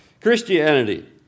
Christianity